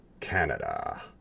Canada